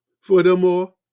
Furthermore